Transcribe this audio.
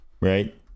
Right